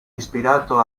ispirato